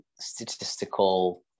statistical